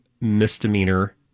misdemeanor